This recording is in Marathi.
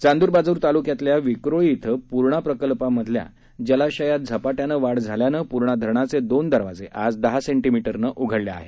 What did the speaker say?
चांदुर बाजार तालुक्यातील विक्रोळी इथं पूर्ण प्रकल्पांमधील जलाशयात झपाट्याने वाढ झाल्याने पूर्णा धरणाचे दोन दरवाजे आज दहा सेंटिमीटरने उघडले आहेत